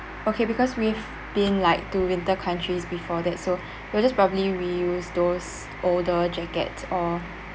okay because we've been like to winter countries before that so we'll just probably reuse those older jackets or